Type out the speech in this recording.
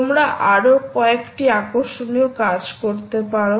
তোমরা আরও কয়েকটি আকর্ষণীয় কাজ করতে পারো